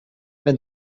wenn